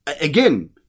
Again